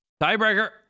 Tiebreaker